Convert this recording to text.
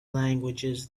languages